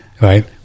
right